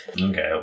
Okay